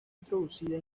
introducida